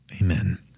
amen